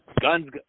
guns